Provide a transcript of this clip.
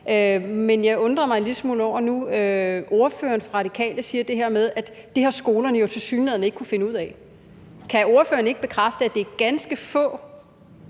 Men jeg undrer mig en lille smule over, at ordføreren for De Radikale siger det her med, at det har skolerne tilsyneladende ikke kunnet finde ud af. Kan ordføreren ikke bekræfte, at det er ganske få